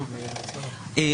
ננסה לחשוב על זה.